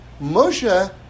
Moshe